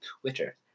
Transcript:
Twitter